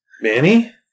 Manny